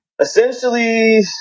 Essentially